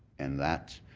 and that,